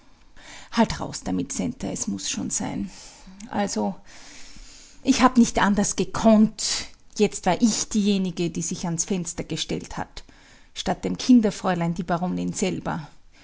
halt raus damit centa es muß schon sein also ich hab nicht anders gekonnt jetzt war ich diejenige die sich ans fenster gestellt hat statt dem kinderfräulein die baronin selber